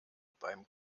beim